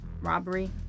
robbery